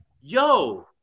yo